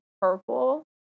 purple